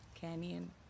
canyon